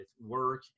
work